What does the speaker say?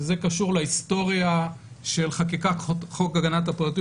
וזה קשור להיסטוריה של חקיקת חוק הגנת הפרטיות